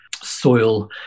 soil